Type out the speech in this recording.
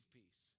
peace